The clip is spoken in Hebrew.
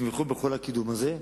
יתמכו בכל הקידום הזה.